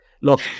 look